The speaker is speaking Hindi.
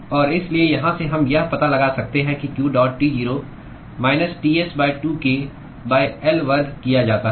और इसलिए यहाँ से हम यह पता लगा सकते हैं कि q dot T 0 minus Ts 2k L वर्ग किया जाता है